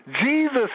Jesus